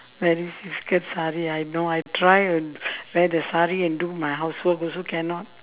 very difficult sari I know I try and wear the sari and do my housework also cannot